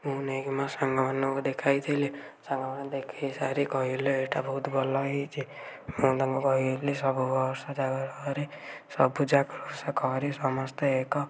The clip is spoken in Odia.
ମୁଁ ନେଇକି ମୋ ସାଙ୍ଗମାନଙ୍କୁ ଦେଖାଇଥିଲି ସାଙ୍ଗମାନେ ଦେଖି ସାରି କହିଲେ ଏଇଟା ଭଉତ ଭଲ ହେଇଛି ମୁଁ ତାଙ୍କୁ କହିଲି ସବୁ ବର୍ଷ ଜାଗରରେ ସବୁ ଜାଗର ଓଷା କରି ସମସ୍ତେ ଏକ